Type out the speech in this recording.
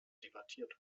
debattiert